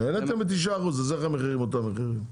העליתם ב-9% אז איך המחירים אותם מחירים?